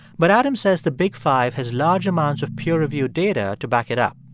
but adams says the big five has large amounts of peer-reviewed data to back it up.